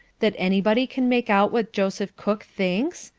that anybody can make out what joseph cook thinks?